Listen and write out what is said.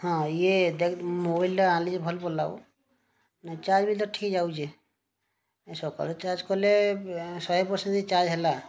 ହଁ ଇ ଦେଖ୍ ମୋବାଇଲ୍ ଟା ଆଣ୍ଲି ଯେ ଭଲ୍ ପଡ଼୍ଲା ହୋ ନାଇଁ ଚାର୍ଜ ବି ତ ଠିକ୍ ଯାଉଛେ ସକାଳୁ ଚାର୍ଜ୍ କଲେ ଶହେ ପର୍ସେଣ୍ଟ୍ ଚାର୍ଜ୍ ହେଲା